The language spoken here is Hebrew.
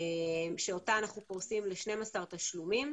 שאותה אנחנו פורסים ל-12 תשלומים,